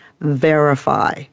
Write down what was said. Verify